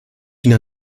ihnen